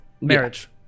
marriage